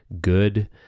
good